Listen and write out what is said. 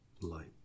light